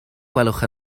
gwelwch